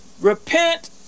repent